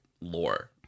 lore